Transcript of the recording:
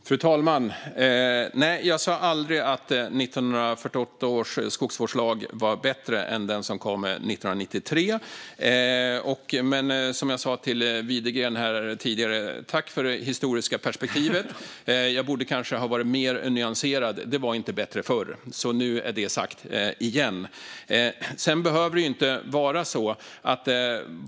Fru talman! Jag sa aldrig att 1948 års skogsvårdslag var bättre än den som kom 1993. Men som jag sa till Widegren tidigare: Tack för det historiska perspektivet. Jag borde kanske ha varit mer nyanserad, nämligen sagt att det inte var bättre förr. Nu är det sagt - igen!